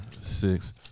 six